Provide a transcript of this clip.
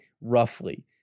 Roughly